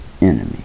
enemy